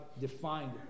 defined